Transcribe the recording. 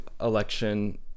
election